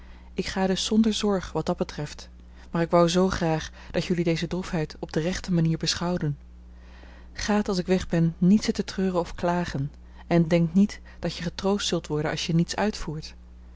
ik ga dus zonder zorg wat dat betreft maar ik wou zoo graag dat jullie deze droefheid op de rechte manier beschouwden gaat als ik weg ben niet zitten treuren of klagen en denkt niet dat je getroost zult worden als je niets uitvoert